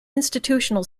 institutional